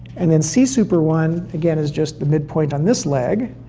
and then c super one again is just the midpoint on this leg.